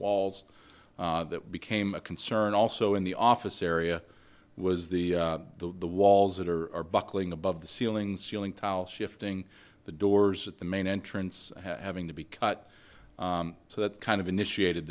walls that became a concern also in the office area was the the the walls that are are buckling above the ceilings ceiling tile shifting the doors at the main entrance having to be cut so that's kind of initiated